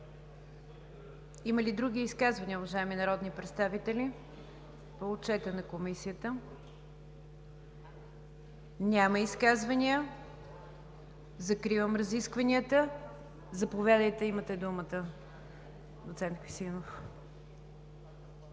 Има ли други изказвания, уважаеми народни представители, по Отчета на Комисията? Няма изказвания. Закривам разискванията. Заповядайте, имате думата, доцент Хюсеинов.